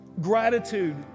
Gratitude